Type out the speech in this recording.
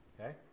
okay